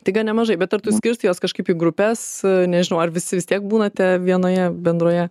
tai gan nemažai bet ar tu skirtai juos kažkaip į grupes nežinau ar visi vis tiek būnate vienoje bendroje